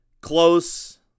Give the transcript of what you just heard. close